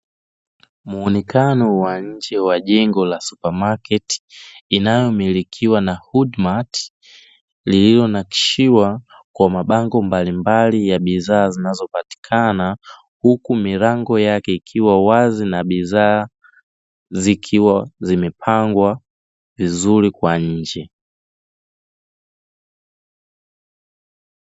Muonekano wa nje wa jengo la supamaketi, linalomilikiwa na "HOODMART", lilionakishiwa kwa mabango mbalimbali ya bidhaa zinazopatikana, huku milango yake ikiwa wazi na bidhaa zikiwa zimepangwa vizuri kwa nje.